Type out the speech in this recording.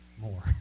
more